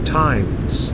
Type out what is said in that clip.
times